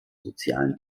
sozialen